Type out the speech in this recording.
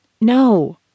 No